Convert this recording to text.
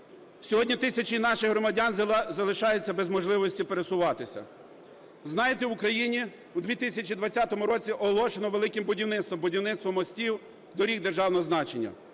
Сьогодні тисячі наших громадян залишаються без можливості пересуватися. Знаєте, в Україні у 2020 році оголошено велике будівництво: будівництво мостів, доріг державного значення.